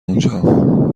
اونجام